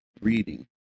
reading